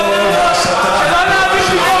כמו שאתם התרתם את דמו של